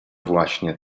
właśnie